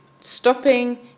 stopping